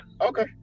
Okay